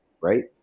right